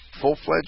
full-fledged